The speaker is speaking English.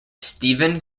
steven